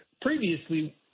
Previously